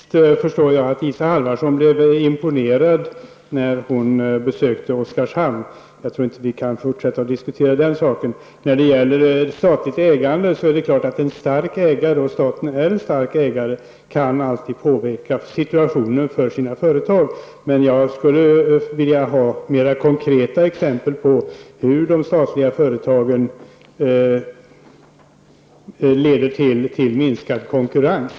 Herr talman! Visst förstår jag att Isa Halvarsson blev imponerad när hon besökte Oskarshamn. Men den saken skall vi kanske inte fortsätta att diskutera. En stark ägare, och en sådan är ju staten, kan naturligtvis alltid påverka situationen för sina företag. Men jag skulle vilja få mer konkreta exempel på hur statligt ägda företag leder till minskad konkurrens.